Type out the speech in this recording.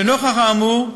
לנוכח האמור,